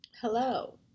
Hello